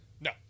No